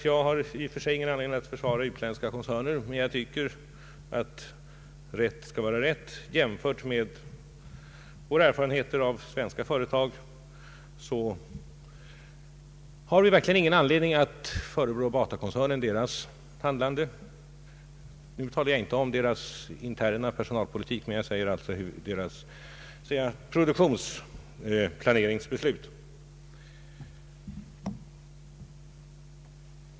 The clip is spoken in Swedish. Jag har som sagt ingen anledning att försvara utländska koncerner, men jag tycker rätt skall vara rätt: mot bakgrunden av våra erfarenheter av svenska företag har vi verkligen ingen anledning att särskilt förebrå Batakoncernen dess handlande — jag talar inte om dess interna personalpolitik, utan om dess beslut att avveckla produktionen.